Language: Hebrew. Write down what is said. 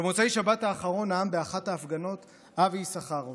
במוצאי שבת האחרון נאם באחת ההפגנות אבי יששכרוף.